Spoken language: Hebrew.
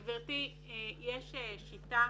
גברתי, יש שיטה